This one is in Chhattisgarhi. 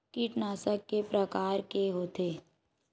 कीटनाशक के प्रकार के होथे?